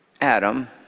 Adam